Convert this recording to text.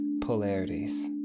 polarities